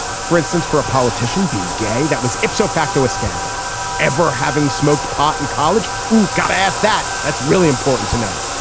for instance for a politician being gay that was ipso facto a scandal ever having smoked pot in college. you got to ask that. that's really important to know.